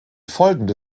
folgende